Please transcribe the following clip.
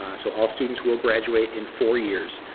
so all students will graduate in four years.